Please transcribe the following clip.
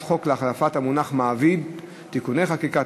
החוק להחלפת המונח מעביד (תיקוני חקיקה),